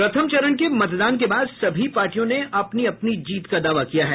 प्रथम चरण के मतदान के बाद सभी पार्टियों ने अपनी अपनी जीत का दावा किया है